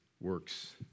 works